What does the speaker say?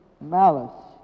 malice